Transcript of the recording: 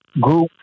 group